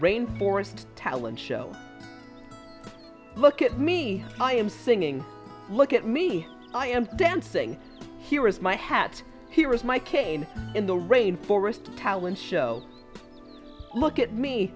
rain forest talent show look at me i am singing look at me i am dancing here is my hat here is my cane in the rain forest talent show look at me